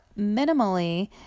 minimally